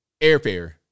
airfare